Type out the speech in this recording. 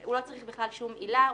הוא לא צריך שום עילה.